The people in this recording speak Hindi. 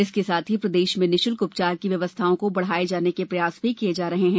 इसके साथ ही प्रदेश में निशुल्क उपचार की व्यवस्थाओं को बढ़ाए जाने के प्रयास भी किये जा रहे हैं